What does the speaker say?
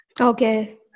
Okay